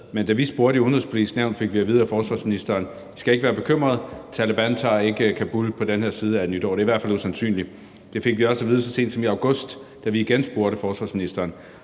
Men da vi spurgte i Det Udenrigspolitiske Nævn, fik vi at vide af forsvarsministeren: I skal ikke være bekymrede, Taleban tager ikke Kabul på den her side af nytår, det er i hvert fald usandsynligt. Det fik vi også at vide så sent som i august, da vi igen spurgte forsvarsministeren.